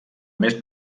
més